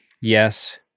Yes